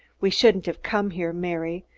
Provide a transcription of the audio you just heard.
we shouldn't have come here, mary,